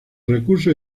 recursos